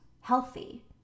healthy